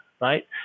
right